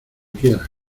quieras